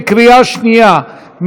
בקריאה שנייה.